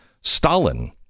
Stalin